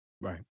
Right